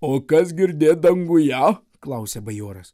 o kas girdėt danguje klausia bajoras